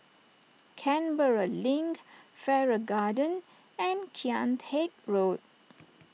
Canberra Link Farrer Garden and Kian Teck Road